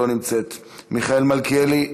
לא נמצאת, מיכאל מלכיאלי,